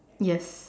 yes